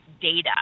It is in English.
data